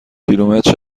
کیلومتر